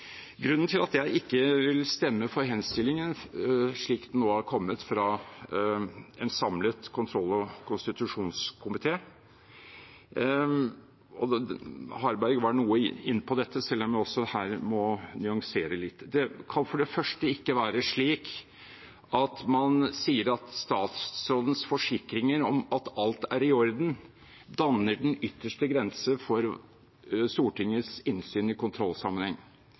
grunnen til at jeg ikke vil stemme for henstillingen slik den nå har kommet fra en samlet kontroll- og konstitusjonskomité, var Harberg noe inne på dette, selv om jeg også her må nyansere litt. Det kan ikke være slik at man sier at statsrådens forsikringer om at alt er i orden, danner den ytterste grense for Stortingets innsyn i kontrollsammenheng.